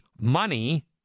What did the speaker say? money